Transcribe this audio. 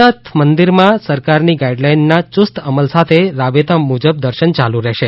સોમનાથ મંદિરમાં સરકારની ગાઇડલાઇનના ચુસ્ત અમલ સાથે રાબેતા મુજબ દર્શન ચાલુ રહેશે